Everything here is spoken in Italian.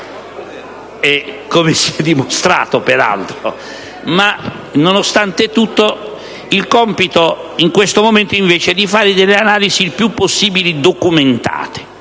come si è dimostrato, peraltro. Ma, nonostante tutto, il compito in questo momento è invece di fare delle analisi il più possibile documentate.